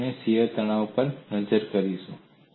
અને આપણે શીયર તણાવ પર પણ નજર કરીશું